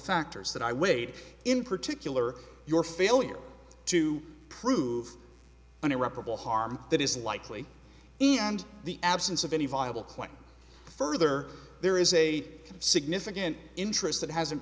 factors that i weighed in particular your failure to prove an irreparable harm that is likely and the absence of any viable question further there is a significant interest that hasn't